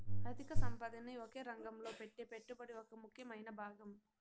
అధిక సంపదని ఒకే రంగంలో పెట్టే పెట్టుబడి ఒక ముఖ్యమైన భాగం